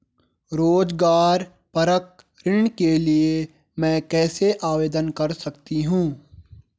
रोज़गार परक ऋण के लिए मैं कैसे आवेदन कर सकतीं हूँ?